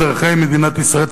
אזרחי מדינת ישראל,